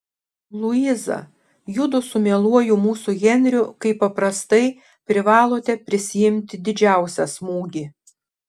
luiza judu su mieluoju mūsų henriu kaip paprastai privalote prisiimti didžiausią smūgį